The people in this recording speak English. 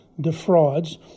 defrauds